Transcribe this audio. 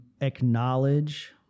acknowledge